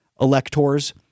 electors